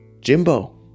Jimbo